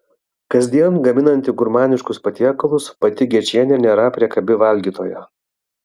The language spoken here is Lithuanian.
kasdien gaminanti gurmaniškus patiekalus pati gečienė nėra priekabi valgytoja